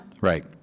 Right